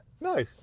No